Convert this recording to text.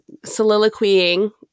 soliloquying